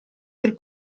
del